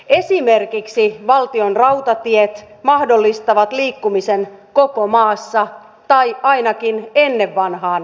esimerkiksi valtionrautatiet mahdollistaa liikkumisen koko maassa tai ainakin ennen vanhaan mahdollisti